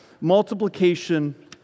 multiplication